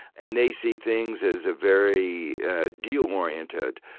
and they see things as very deal oriented.